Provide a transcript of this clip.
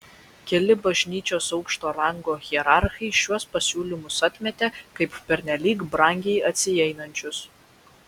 keli bažnyčios aukšto rango hierarchai šiuos pasiūlymus atmetė kaip pernelyg brangiai atsieinančius